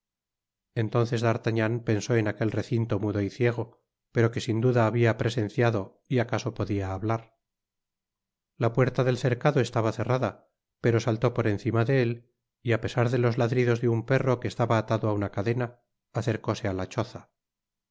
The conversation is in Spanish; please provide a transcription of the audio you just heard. entonces d'artagnan pensó en aquel recinto mudo y ciego pero que sin duda habia presenciado y acaso podia hablar la puerta del cercado estaba cerrada pero saltó por encima de él y á pesar de los ladridos de un perro que estaba atado á una cadena acercóse a la choza a